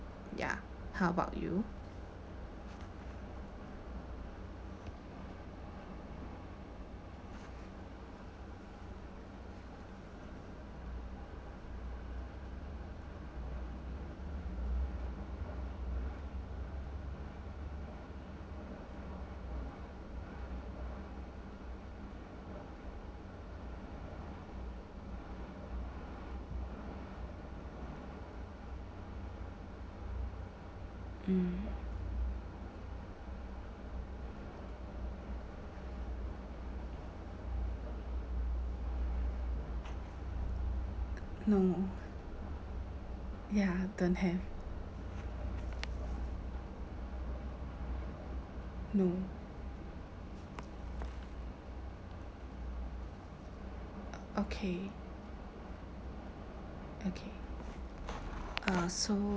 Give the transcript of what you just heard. ya how about you mm no ya don't have no okay okay uh so